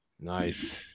Nice